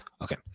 Okay